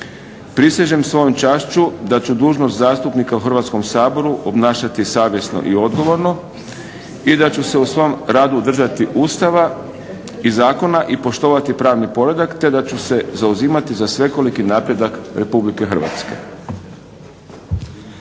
"Prisežem svojom čašću da ću dužnost zastupnika u Hrvatskom saboru obnašati savjesno i odgovorno i da ću se u svom radu držati Ustava i zakona i poštovati pravni poredak te da ću se zauzimati za svekoliki napredak RH".